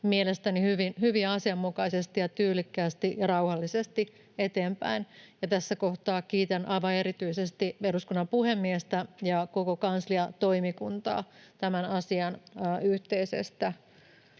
mielestäni hyvin asianmukaisesti ja tyylikkäästi ja rauhallisesti eteenpäin. Tässä kohtaa kiitän aivan erityisesti eduskunnan puhemiestä ja koko kansliatoimikuntaa tämän asian yhteisestä